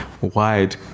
wide